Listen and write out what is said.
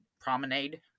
promenade